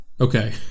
okay